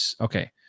okay